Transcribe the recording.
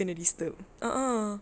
he kena disturb a'ah